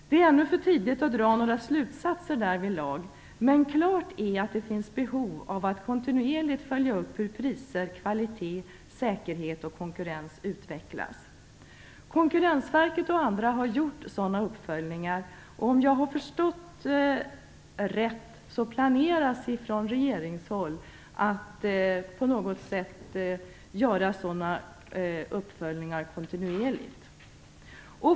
Det är ännu för tidigt att dra några slutsatser därvidlag, men klart är att det finns behov av att kontinuerligt följa upp hur priser, kvalitet, säkerhet och konkurrens utvecklas. Konkurrensverket och andra har gjort sådana uppföljningar. Om jag har förstått det rätt planerar regeringen att på något sätt göra sådana uppföljningar kontinuerligt.